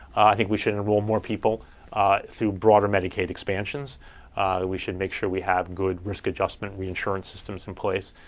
i think we should enroll more people through broader medicaid expansions, that we should make sure we have good risk adjustment reinsurance systems in place.